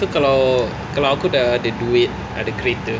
so kalau kalau aku dah ada duit ada kereta